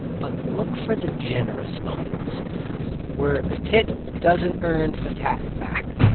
but look for the generous moments where a tit doesn't earn a tat back.